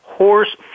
horse